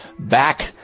Back